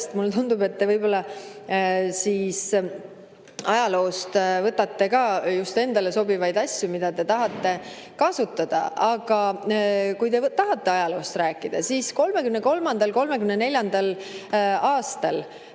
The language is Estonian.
mulle tundub, et te võtate võib-olla ajaloost ka just endale sobivaid asju, mida te tahate kasutada. Aga kui te tahate ajaloost rääkida, siis 1933.–1934. aastal